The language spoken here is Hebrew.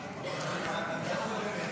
כעת.